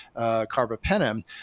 carbapenem